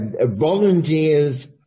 Volunteers